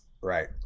right